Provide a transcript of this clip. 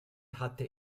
hatte